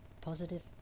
positive